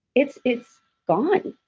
it's it's gone.